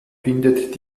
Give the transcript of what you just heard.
findet